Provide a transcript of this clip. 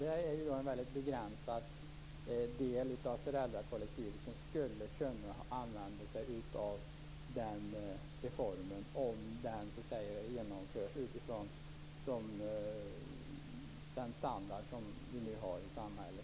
Det är en mycket begränsad del av föräldrakollektivet som skulle kunna använda sig av den reformen om den genomförs med den standard som vi nu har i samhället.